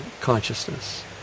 consciousness